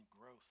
growth